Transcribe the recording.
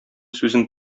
сүзен